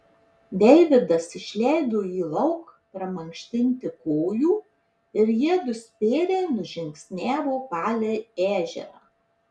deividas išleido jį lauk pramankštinti kojų ir jiedu spėriai nužingsniavo palei ežerą